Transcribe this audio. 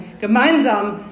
gemeinsam